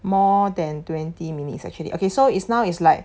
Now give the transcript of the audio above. more than twenty minutes actually okay so is now is like